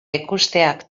ikusteak